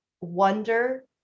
wonder